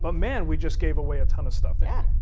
but man, we just gave away a ton of stuff. yeah,